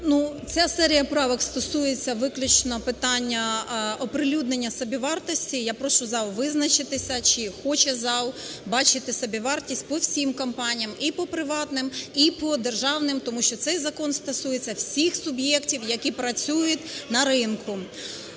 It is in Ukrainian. Ця серія правок стосується виключно питання оприлюднення собівартості, і я прошу зал визначитися, чи хоче зал бачити собівартість по всім компаніям, і по приватним, і по державним, тому що цей закон стосується всіх суб'єктів, які працюють на ринку.